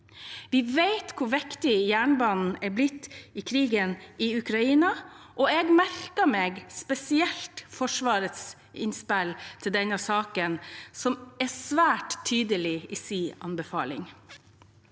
Vi vet hvor viktig jernbanen er blitt i forbindelse med krigen i Ukraina, og jeg merker meg spesielt Forsvarets innspill til denne saken, som er svært tydelig i sin anbefaling.